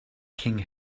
king